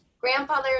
grandfather